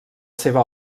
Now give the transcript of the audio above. seva